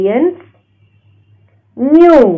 new